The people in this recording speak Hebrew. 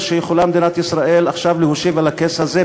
שיכולה מדינת ישראל עכשיו להושיב על הכס הזה,